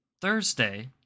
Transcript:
Thursday